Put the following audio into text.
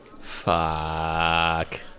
Fuck